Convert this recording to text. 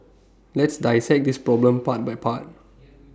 let's dissect this problem part by part